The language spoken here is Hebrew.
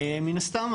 מן הסתם,